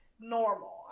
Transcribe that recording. normal